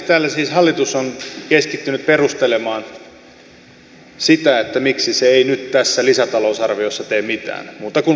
täällä siis hallitus on keskittynyt perustelemaan sitä miksi se ei nyt tässä lisätalousarviossa tee mitään muuta kuin lisäleikkaa kehitysapua